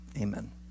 Amen